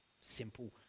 simple